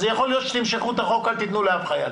אז יכול להיות שתמשכו את החוק ואז אל תיתנו לאף חייל.